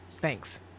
Thanks